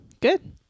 Good